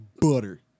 Butter